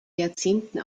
jahrzehnten